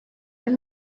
del